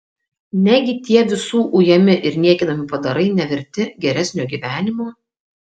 negi tie visų ujami ir niekinami padarai neverti geresnio gyvenimo